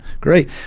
Great